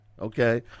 Okay